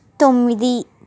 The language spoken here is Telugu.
తొమ్మిది